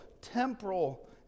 temporal